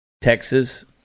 Texas